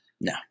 No